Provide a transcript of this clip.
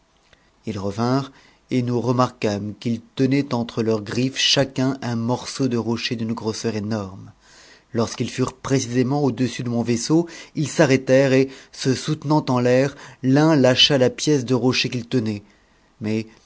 ils revinrent et nous remarquâmes qu'ils tenaient entre leurs gn s chacun un morceau de rocher d'une grosseur énorme lorsqu'ils fu gisement au-dessus de mon vaisseau ils s'arrêtèrent et se soutenant l'air l'un lâcha la pièce de ce rocher qu'il tenait mais